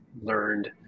learned